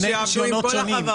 רישיונות שונים.